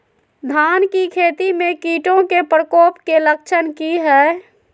धान की खेती में कीटों के प्रकोप के लक्षण कि हैय?